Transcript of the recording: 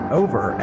over